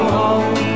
home